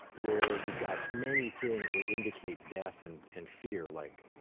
where you've got many things that indicate death and and fear, like,